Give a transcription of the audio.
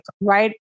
right